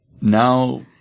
now